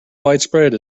widespread